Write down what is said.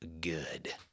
good